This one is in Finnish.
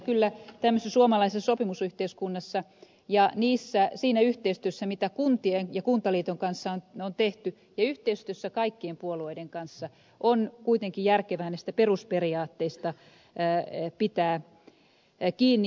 kyllä tämmöisessä suomalaisessa sopimusyhteiskunnassa ja siinä yhteistyössä mitä kuntien ja kuntaliiton kanssa on tehty ja yhteistyössä kaikkien puolueiden kanssa on kuitenkin järkevää näistä perusperiaatteista pitää kiinni